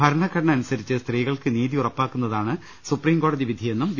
ഭരണഘടന അനുസരിച്ച് സ്ത്രീകൾക്ക് നീതി ഉറപ്പാക്കുന്നതാണ് സുപ്രിം കോടതി വിധിയെന്നും വി